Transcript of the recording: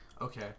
Okay